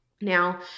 Now